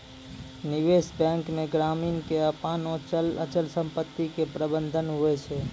निबेश बेंक मे ग्रामीण के आपनो चल अचल समपत्ती के प्रबंधन हुवै छै